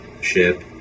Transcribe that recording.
ship